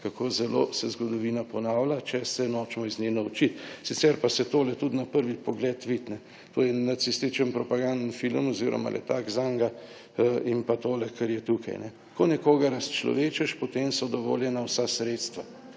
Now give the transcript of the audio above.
kako zelo se zgodovina ponavlja, če se nočemo iz nje naučiti. Sicer pa se tole tudi na prvi pogled vidi, to je nacističen propagandni film oziroma letak zanj, in pa tole kar je tukaj. Ko nekoga razčlovečiš, potem so dovoljena vsa sredstva.